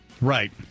Right